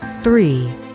three